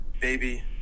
Baby